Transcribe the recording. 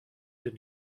did